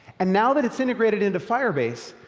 and now that it's integrated into firebase,